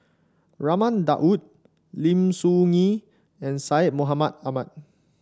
Raman Daud Lim Soo Ngee and Syed Mohamed Ahmed